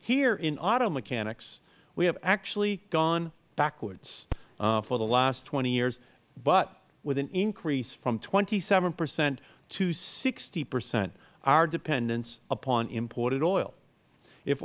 here in auto mechanics we have actually gone backwards for the last twenty years but with an increase from twenty seven percent to sixty percent our dependence upon imported oil if